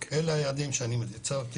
אלה היעדים שאני מציב.